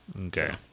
Okay